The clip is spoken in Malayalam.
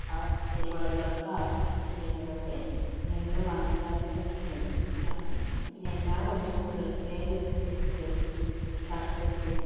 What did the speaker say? ആ പരിപാടികളൊക്കെ ആസൂത്രണം ചെയ്യുന്നതൊക്കെ ഇങ്ങനെയുള്ള വായനശാലകളുടെയൊക്കെ നേതൃത്വത്തിലാണ് പിന്നെ എല്ലാ കൊല്ലവും തുടർച്ചയായി വരുന്ന ഫെസ്റ്റിവൽസ് സർക്കസ്സ്